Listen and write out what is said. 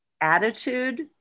attitude